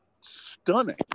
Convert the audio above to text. stunning